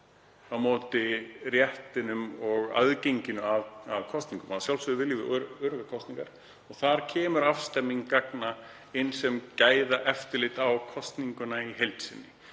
á móti réttinum og aðgenginu að kosningum. Að sjálfsögðu viljum við að kosningar séu öruggar og þar kemur afstemming gagna inn sem gæðaeftirlit á kosninguna í heild sinni,